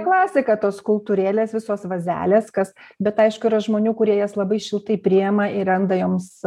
klasika tos skulptūrėlės visos vazelės kas bet aišku yra žmonių kurie jas labai šiltai priima ir randa joms